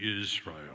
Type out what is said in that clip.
Israel